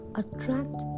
attract